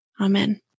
Amen